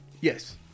Yes